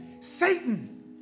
Satan